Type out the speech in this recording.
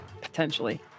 potentially